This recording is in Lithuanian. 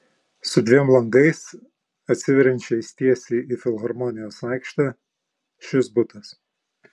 su dviem langais atsiveriančiais tiesiai į filharmonijos aikštę šis butas